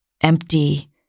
empty